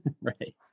Right